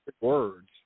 words